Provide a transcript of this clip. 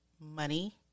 money